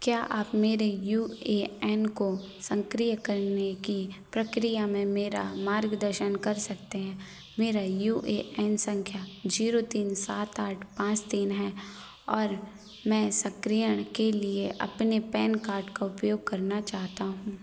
क्या आप मेरे यू ए एन को संक्रिय करने की प्रक्रिया में मेरा मार्गदर्शन कर सकते हैं मेरा यू ए एन संख्या जीरो तीन सात आठ पाँच तीन है और मैं सक्रियण के लिए अपने पैन कार्ड का उपयोग करना चाहता हूँ